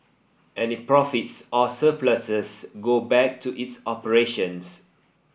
any profits or surpluses go back to its operations